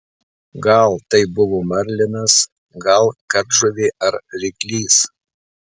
gal tai buvo marlinas gal kardžuvė ar ryklys